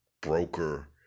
broker